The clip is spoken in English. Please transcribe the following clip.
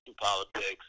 politics